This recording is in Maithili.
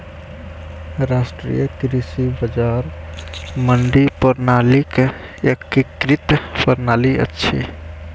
राष्ट्रीय कृषि बजार मंडी प्रणालीक एकीकृत प्रणाली अछि